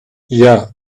yeah